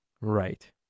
Right